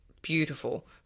beautiful